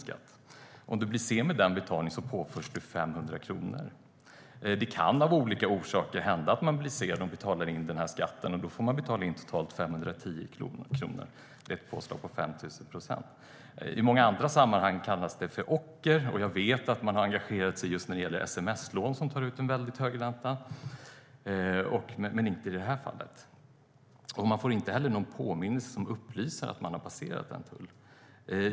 Om man blir sen med den betalningen påförs man 500 kronor. Det kan av olika orsaker hända att man blir sen med att betala in skatten, och då får man tala in totalt 510 kronor. Det är ett påslag på 5 000 procent. I många andra sammanhang kallas detta för ocker. Jag vet att man har engagerat sig när det gäller sms-lån, där det tas ut en väldigt hög ränta. Men det har man inte gjort det här fallet. Man får inte heller någon påminnelse som upplyser om att man har passerat en tull.